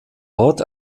ort